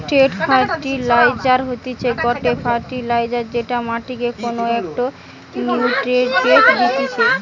straight fertiliser হতিছে গটে fertiliser যেটা মাটিকে কোনো একটো নিউট্রিয়েন্ট দিতেছে